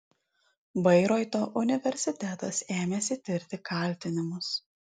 bairoito universitetas ėmėsi tirti kaltinimus